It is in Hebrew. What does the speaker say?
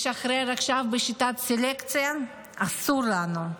לשחרר עכשיו בשיטת סלקציה אסור לנו.